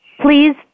Please